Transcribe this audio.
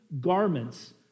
garments